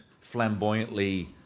flamboyantly